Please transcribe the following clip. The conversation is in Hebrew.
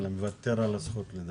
נוותר על הזכות לדבר.